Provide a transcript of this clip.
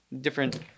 different